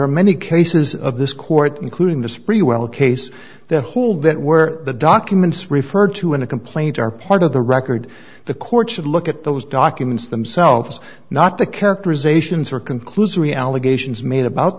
are many cases of this court including this pretty well case the whole bit where the documents referred to in a complaint are part of the record the court should look at those documents themselves not the characterizations or conclusory allegations made about